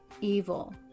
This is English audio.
evil